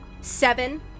Seven